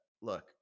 look